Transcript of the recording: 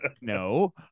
No